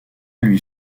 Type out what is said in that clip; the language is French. lui